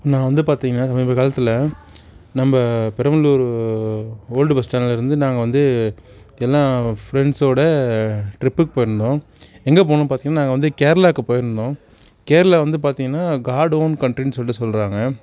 நான் வந்து பார்த்தீங்னா சமீப காலத்தில் நம்ம பெரம்பலூர் ஓல்டு பஸ்டாண்டில் இருந்து நாங்கள் வந்து எல்லாம் ஃபரெண்ட்ஸ்சோடு டிரிபுக்கு போயிருந்தோம் எங்கள் போனோம்னு பார்த்தீங்னா நாங்கள் வந்து கேரளாவுக்கு போயிருந்தோம் கேரளா வந்து பார்த்தீங்னா காட்டு ஹோம் கன்டரினு சொல்லிட்டு சொல்கிறாங்க